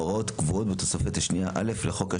ההוראות קבועות בתוספת השנייה א' לחוק,